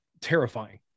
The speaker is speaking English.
terrifying